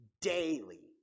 daily